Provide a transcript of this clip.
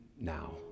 now